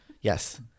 Yes